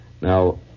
Now